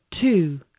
two